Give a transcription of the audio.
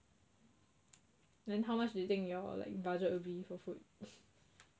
then how much you think like your budget will be for food